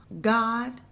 God